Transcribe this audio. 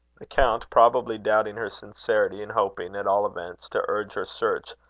the count, probably doubting her sincerity, and hoping, at all events, to urge her search,